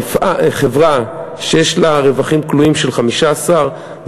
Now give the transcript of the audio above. חברה שיש לה רווחים כלואים של 15.5